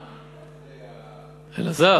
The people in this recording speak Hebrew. אלעזר,